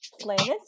planets